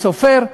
סופר,